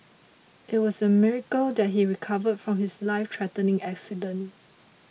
it was a miracle that he recovered from his life threatening accident